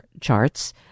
charts